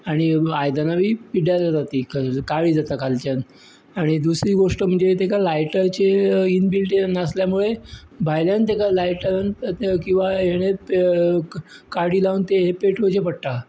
आनी आयदनां बी पिड्ड्यार जातात तीं काळीं जातात खालच्यान आनी दुसरी गोश्ट म्हणजे तेका लायटराचें हे इनबिल्ट नासल्या मुळे भायल्यान तेका लायटर किंवां हेणें त्योका काडी लावन तें हे पेटवचें पडटा